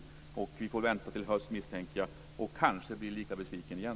Jag misstänker att vi får vänta till hösten och kanske bli lika besvikna igen.